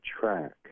track